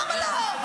למה לא?